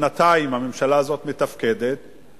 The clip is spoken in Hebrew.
שנתיים הממשלה הזאת מתפקדת,